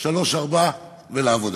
"שלוש-ארבע ולעבודה".